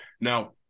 Now